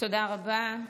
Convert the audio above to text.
תודה רבה.